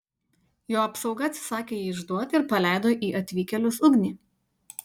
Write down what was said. jo apsauga atsisakė jį išduoti ir paleido į atvykėlius ugnį